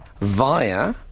via